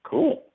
Cool